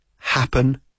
happen